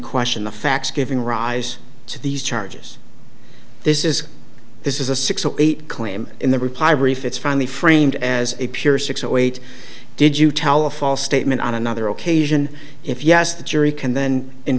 question the facts giving rise to these charges this is this is a six or eight claim in the reply brief it's finally framed as a pure six wait did you tell a false statement on another occasion if yes the jury can then